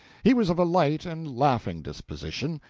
he was of a light and laughing disposition,